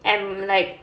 and like